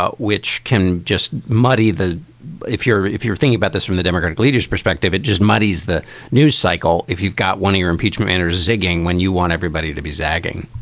ah which can just muddy the if you're if you're thinking about this from the democratic leaders perspective, it just muddies the news cycle. if you've got one, your impeachment and or zigging when you want everybody to be zagging